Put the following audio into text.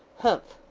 humph!